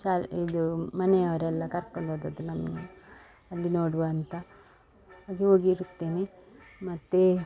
ಶಾಲೆ ಇದು ಮನೆಯವರೆಲ್ಲ ಕರ್ಕೊಂಡು ಹೋದದ್ದು ನಮ್ಮನ್ನ ಅಲ್ಲಿ ನೋಡುವ ಅಂತ ಅದು ಹೋಗಿರುತ್ತೇನೆ ಮತ್ತು